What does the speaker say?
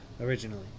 originally